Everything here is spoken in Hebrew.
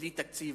בלי תקציב,